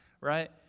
right